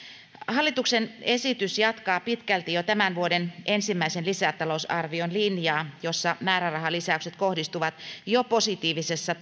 hallituksen esitys jatkaa pitkälti jo tämän vuoden ensimmäisen lisätalousarvion linjaa jossa määrärahalisäykset kohdistuvat jo positiivisessa